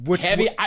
Heavy